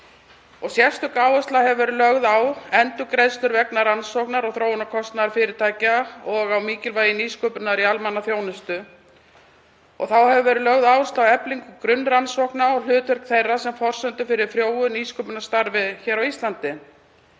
Sérstök áhersla hefur verið lögð á endurgreiðslur vegna rannsóknar- og þróunarkostnaðar fyrirtækja og á mikilvægi nýsköpunar í almannaþjónustu. Þá hefur verið lögð áhersla á eflingu grunnrannsókna og hlutverk þeirra sem forsendu fyrir frjóu nýsköpunarstarfi á Íslandi.